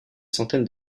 centaines